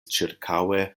ĉirkaŭe